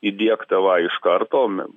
įdiegta va iš karto